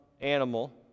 animal